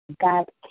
God